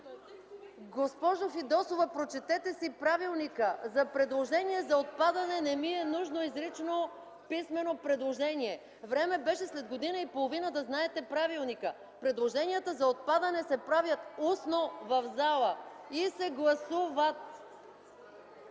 Госпожо Фидосова, прочетете си правилника. За предложения за отпадане не ми е нужно изрично писмено предложение. Време беше след година и половина да знаете правилника. Предложенията за отпадане се правят устно в залата и се гласуват.